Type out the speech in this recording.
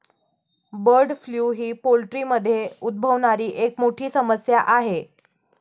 bird flu ही पोल्ट्रीमध्ये उद्भवणारी एक मोठी समस्या आहे